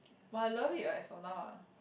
but I love it what as for now ah